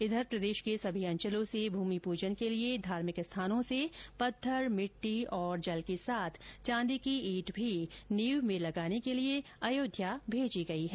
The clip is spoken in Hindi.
वहीं प्रदेश के सभी अंचलों से भूमि पूजन के लिए धार्मिक स्थानों से पत्थर मिट्टी और जल के साथ चांदी की ईंट भी नींव में लगाने के लिए अयोध्या भेजी गई है